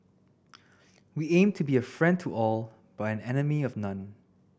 we aim to be a friend to all but an enemy of none